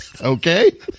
Okay